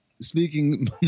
speaking